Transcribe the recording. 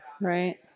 Right